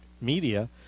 media